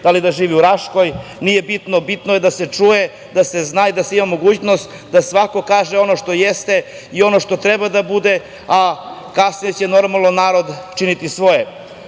da li da živi u Raškoj, nije bitno. Bitno je da se čuje, da se zna i da se ima mogućnost da svako kaže ono što jeste i ono što treba da bude, a kasnije će normalno narod činiti svoje.